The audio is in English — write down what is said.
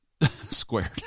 squared